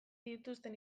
dituzten